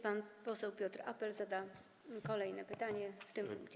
Pan poseł Piotr Apel zada kolejne pytanie w tym punkcie.